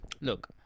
look